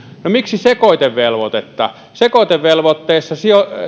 no miksi sekoitevelvoitetta sekoitevelvoitteessa